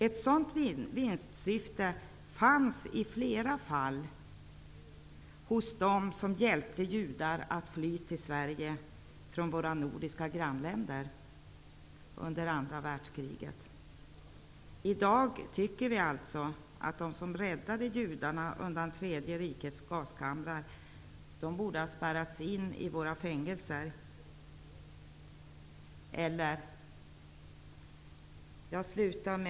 Ett sådant vinstsyfte fanns i flera fall hos dem som hjälpte judar att fly till Sverige från våra nordiska grannländer under andra världskriget. I dag tycker vi alltså att de som räddade judarna undan tredje rikets gaskamrar borde ha spärrats in i våra fängelser.